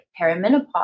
perimenopause